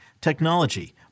technology